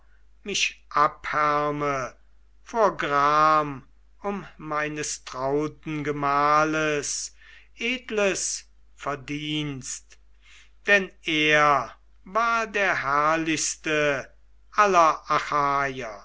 mich abhärme vor gram um meines trauten gemahles edles verdienst denn er war der herrlichste